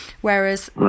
Whereas